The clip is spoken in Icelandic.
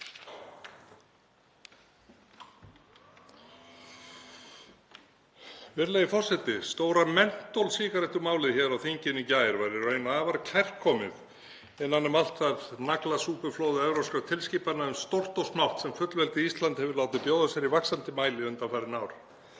Virðulegi forseti. Stóra mentólsígarettumálið hér á þinginu í gær var í raun afar kærkomið innan um allt það naglasúpuflóð evrópskra tilskipana um stórt og smátt sem fullveldið Ísland hefur látið bjóða sér í vaxandi mæli undanfarin ár.